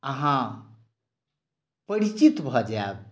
अहाँ परिचित भऽ जायब